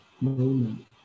moment